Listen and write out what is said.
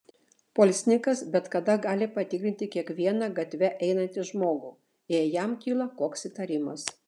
policininkas bet kada gali patikrinti kiekvieną gatve einantį žmogų jei jam kyla koks įtarimas